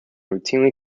routinely